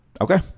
Okay